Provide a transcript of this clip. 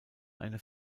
eine